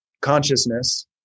consciousness